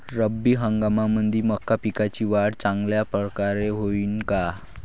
रब्बी हंगामामंदी मका पिकाची वाढ चांगल्या परकारे होईन का?